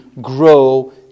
grow